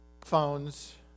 phones